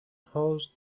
whose